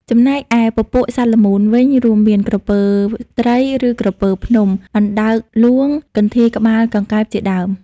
ចំណែកឯពពួកសត្វល្មូនវិញ រួមមាន ក្រពើត្រី ឬក្រពើភ្នំ អណ្តើកហ្លួង កន្ធាយក្បាលកង្កែបជាដើម។